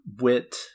wit